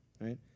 Right